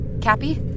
Cappy